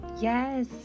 Yes